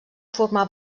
formar